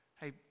Hey